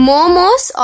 Momos